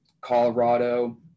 Colorado